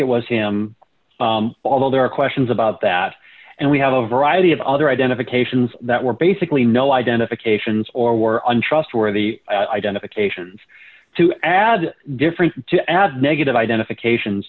it was him although there are questions about that and we have a variety of other identifications that were basically no identifications or untrustworthy identifications to add different to as negative identifications